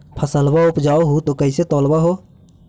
फसलबा उपजाऊ हू तो कैसे तौउलब हो?